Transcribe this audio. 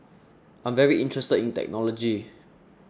I'm very interested in technology